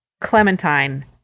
Clementine